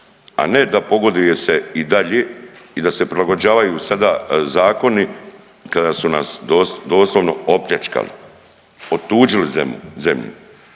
a ne da pogoduje se i dalje i da se prilagođavaju sada zakoni kada su nas doslovno opljačkali, otuđili zemlju.